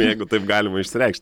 jeigu taip galima išsireikšt